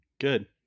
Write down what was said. Good